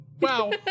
Wow